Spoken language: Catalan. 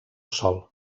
sòl